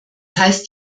heißt